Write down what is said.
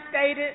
stated